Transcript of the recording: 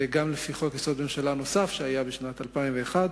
וגם לפי חוק-יסוד: הממשלה נוסף שהיה בשנת 2001,